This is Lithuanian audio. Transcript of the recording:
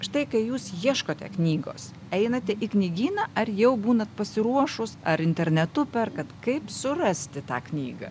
štai kai jūs ieškote knygos einate į knygyną ar jau būnat pasiruošus ar internetu perkat kaip surasti tą knygą